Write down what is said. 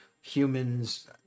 humans